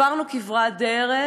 עברנו כברת דרך,